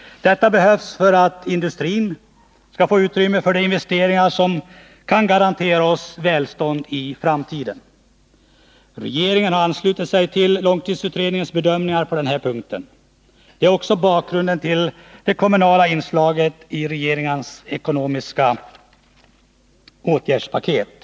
Detta behövs för att industrin skall få utrymme för de investeringar som kan garantera oss välstånd i framtiden. Regeringen har anslutit sig till långtidsutredningens bedömningar Nr 133 på denna punkt. Detta är också bakgrunden till de kommunala inslagen i Torsdagen den regeringens ekonomiska åtgärdspaket.